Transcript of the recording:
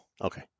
Okay